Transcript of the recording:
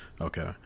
okay